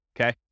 Okay